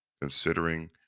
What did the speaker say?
considering